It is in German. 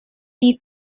die